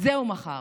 את זה הוא מכר